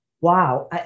Wow